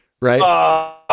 right